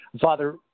Father